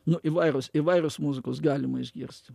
nu įvairūs įvairios muzikos galima išgirsti